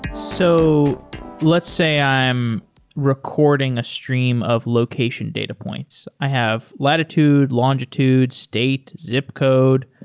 so let's say i'm recording a stream of location data points. i have latitude, longitude, state, zip code,